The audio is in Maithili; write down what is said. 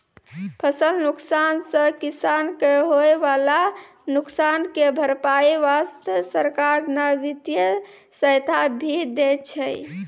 फसल नुकसान सॅ किसान कॅ होय वाला नुकसान के भरपाई वास्तॅ सरकार न वित्तीय सहायता भी दै छै